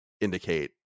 indicate